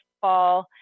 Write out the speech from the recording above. fall